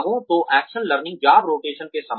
तो action learning job rotation के समान है